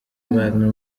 abantu